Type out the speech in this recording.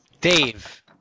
Dave